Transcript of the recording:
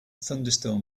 thunderstorm